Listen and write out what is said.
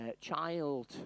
child